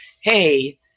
hey